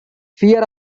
fear